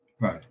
Right